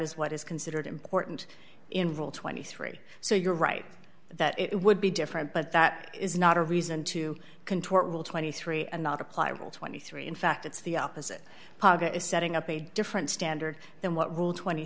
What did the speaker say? is what is considered important in rule twenty three so you're right that it would be different but that is not a reason to contort rule twenty three and not apply rule twenty three in fact it's the opposite paga is setting up a different standard than what rule twenty